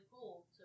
cool